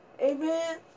Amen